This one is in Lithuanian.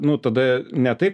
nu tada ne tai